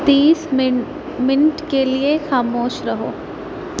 تیس منٹ کے لیے خاموش رہو